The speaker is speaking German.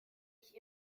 ich